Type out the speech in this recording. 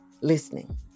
listening